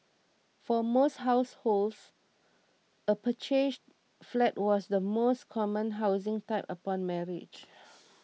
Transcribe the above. but for most households a purchased flat was the most common housing type upon marriage